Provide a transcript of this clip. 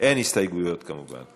אין הסתייגויות, כמובן.